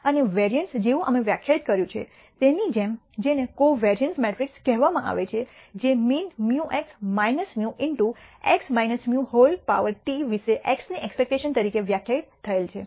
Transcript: અને વેરિઅન્સ જેવું અમે વ્યાખ્યાયિત કર્યું છે તેની જેમ જેને કોવરીઅન્સ મેટ્રિક્સ કહેવામાં આવે છે જે mean μ x μ into x μT વિષે x ની એક્સપેક્ટશન તરીકે વ્યાખ્યાયિત થયેલ છે